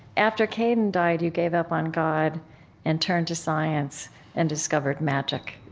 after kaidin died, you gave up on god and turned to science and discovered magic.